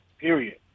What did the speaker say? period